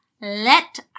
let